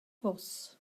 fws